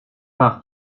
par